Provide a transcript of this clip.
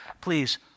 please